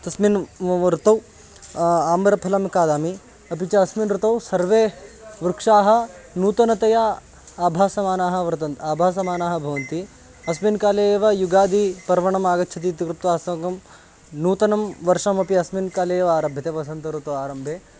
तस्मिन् ऋतौ आम्रफलं खादामि अपि च अस्मिन् ऋतौ सर्वे वृक्षाः नूतनतया आभासमानाः वर्तन् आभासमानाः भवन्ति अस्मिन् काले एव युगादिपर्वणम् आगच्छति इति कृत्वा अस्माकं नूतनं वर्षमपि अस्मिन् काले एव आरभ्यते वसन्त ऋतु आरम्भे